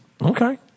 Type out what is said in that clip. Okay